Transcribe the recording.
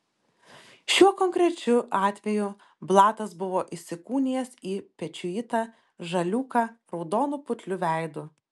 šiuo konkrečiu atveju blatas buvo įsikūnijęs į pečiuitą žaliūką raudonu putliu veidu